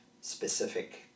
specific